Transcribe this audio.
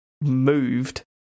moved